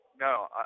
No